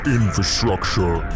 infrastructure